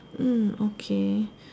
mm okay